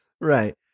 Right